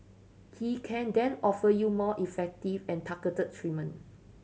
he can then offer you more effective and targeted treatment